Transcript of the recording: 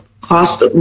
cost